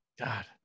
god